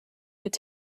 could